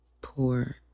poor